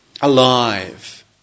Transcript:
alive